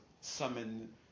summon